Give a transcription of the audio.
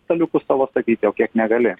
staliukus savo sakyti o kiek negali